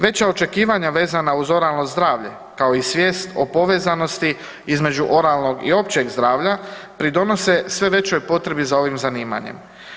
Veća očekivanja vezana uz oralno zdravlje kao i svijest o povezanosti između oralnog i općeg zdravlja, pridonose sve većoj potrebi za ovim zanimanjem.